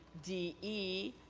d, e,